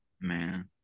man